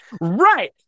right